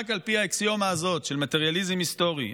רק על פי האקסיומה הזאת של מטריאליזם מסתורי.